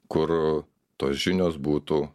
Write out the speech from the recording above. kur tos žinios būtų